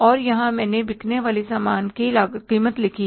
और यहाँ मैंने बिकने वाले सामान की कीमत लिखी है